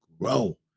grow